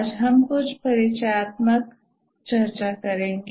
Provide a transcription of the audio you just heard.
आज हम कुछ परिचयात्मक चर्चा करेंगे